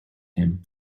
him